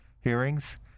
hearings